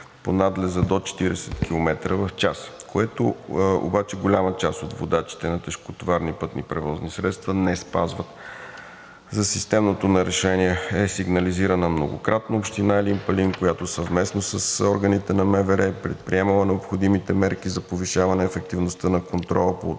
по надлеза до 40 км в час, което голяма част от водачите на тежкотоварни пътни превозни средства не спазват. За системното нарушение е сигнализирана многократно Община Елин Пелин, която съвместно с органите на МВР е предприемала необходимите мерки за повишаване ефективността на контрола по отношение